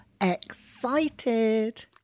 excited